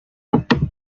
apollo